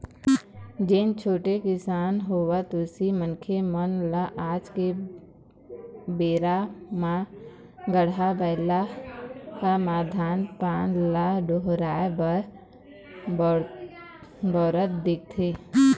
जेन छोटे किसान हवय उही मनखे मन ह आज के बेरा म गाड़ा बइला म धान पान ल डोहारे बर बउरत दिखथे